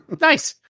Nice